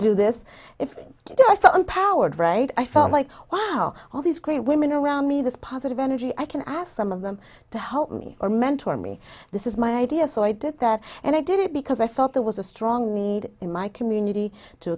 do this do i feel empowered right i felt like wow all these great women around me this positive energy i can ask some of them to help me or mentor me this is my idea so i did that and i did it because i felt there was a strong need in my community to